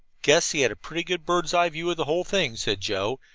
guess he had a pretty good bird's-eye view of the whole thing, said joe,